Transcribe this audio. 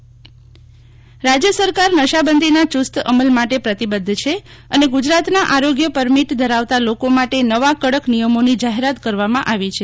શીતલ વૈશ્નવ આરોગ્ય પરમિટ રાજય સરકારે નશાબંધીના ચુસ્ત અમલ માટે પ્રતિબદ્ધ છે અને ગુજરાતના આરોગ્ય પરમિટ ધરાવતા લોકો માટે નવા કડક નિયમોની જાહેરાત કરવામાં આવી છે